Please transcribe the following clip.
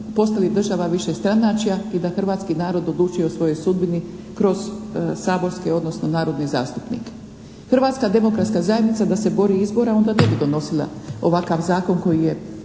postali država višestranačja i da hrvatski narod odlučuje o svojoj sudbini kroz saborske odnosno narodne zastupnike. Hrvatska demokratska zajednica da se boji izbora onda ne bi donosila ovakav zakon koji je